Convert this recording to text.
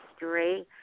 history